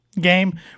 game